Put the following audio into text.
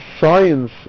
Science